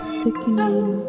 sickening